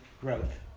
growth